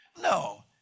No